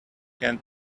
can